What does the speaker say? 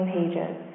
Pages